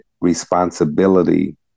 responsibility